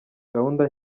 gahunda